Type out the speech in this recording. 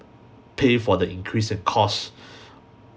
pay for the increase in cost